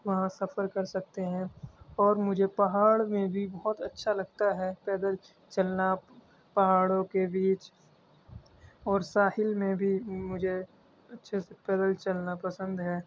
وہاں سفر کر سکتے ہیں اور مجھے پہاڑ میں بھی بہت اچھا لگتا ہے پیدل چلنا پہاڑوں کے بیچ اور ساحل میں بھی مجھے اچھے سے پیدل چلنا پسند ہے